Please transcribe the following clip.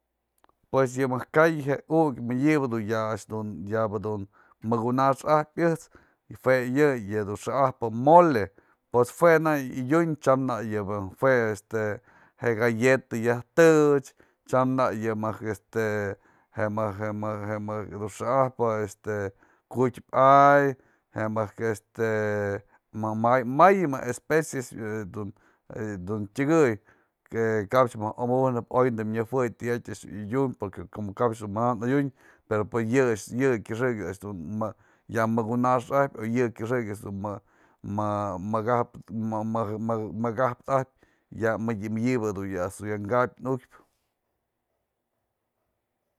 Pues yë mëjk ka'ay je ukyë medyëbë du ya a'ax dun yabë mëkuna'ax ajpyë ëjt's jue yë, yë du'u xa'ajpyë mole, pues jue nak yë yadiun tyam nak yë dun jue este yë galleta yaj të'ëch, tyam nak yë mëjk este, jë mëjk- jë mëjk- jë mëjk dun xa'ajpë este ku'utypë a'ay, je mëjk este, may mëjk especie dun tyakëy, kap mëjk mëbëjnëp oy tën nyaj juey tija'atë a'ax dun yadiun porque como kap ech dun mana adyun pero pë yë kyëxëk a'ax dun ya më kuna'ax ajpyë o yë kyëxëk a'ax më-mëkap më-më-mëkap ajpyë mëdyëbë dun ejt's ka'abë nukpyë.